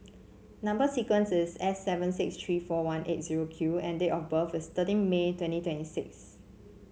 number sequence is S seven six three four one eight zero Q and date of birth is thirteen May twenty twenty six